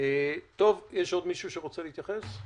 עוד מישהו רוצה להתייחס?